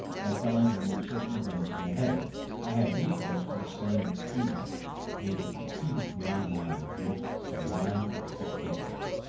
by telling them of certain events in the heavens, i had recourse to the same expedient and it succeeded beyond my most sanguine expectations.